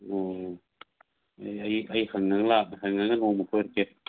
ꯑꯣ ꯑꯩ ꯍꯪꯉꯒ ꯅꯣꯡꯃ ꯀꯣꯏꯔꯛꯀꯦ